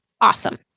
Awesome